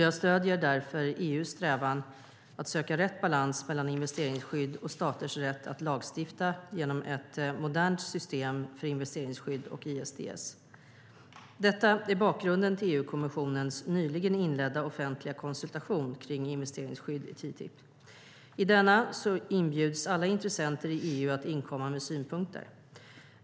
Jag stöder därför EU:s strävan att söka rätt balans mellan investeringsskydd och staters rätt att lagstifta genom ett modernt system för investeringsskydd och ISDS. Detta är bakgrunden till EU-kommissionens nyligen inledda offentliga konsultation kring investeringsskydd i TTIP. I denna inbjuds alla intressenter i EU att inkomma med synpunkter.